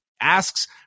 asks